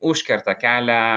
užkerta kelią